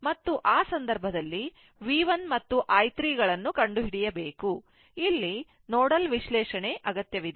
ಮತ್ತು ಆ ಸಂದರ್ಭದಲ್ಲಿ V1 ಮತ್ತು i 3 ಗಳನ್ನು ಕಂಡುಹಿಡಿಯಬೇಕು ಇಲ್ಲಿ ನೋಡಲ್ ವಿಶ್ಲೇಷಣೆ ಅಗತ್ಯವಿದೆ